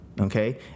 Okay